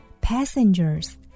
Passengers